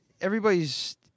everybody's